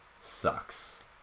sucks